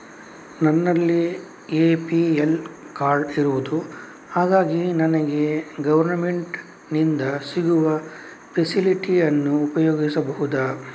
ನನ್ನಲ್ಲಿ APL card ಇರುದು ಹಾಗಾಗಿ ನನಗೆ ಗವರ್ನಮೆಂಟ್ ಇಂದ ಸಿಗುವ ಫೆಸಿಲಿಟಿ ಅನ್ನು ಉಪಯೋಗಿಸಬಹುದಾ?